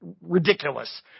ridiculous